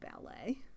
ballet